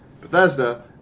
bethesda